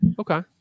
Okay